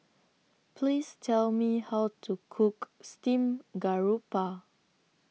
Please Tell Me How to Cook Steamed Garoupa